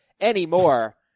anymore